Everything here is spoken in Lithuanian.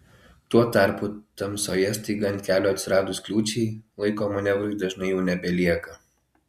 tuo tarpu tamsoje staiga ant kelio atsiradus kliūčiai laiko manevrui dažnai jau nebelieka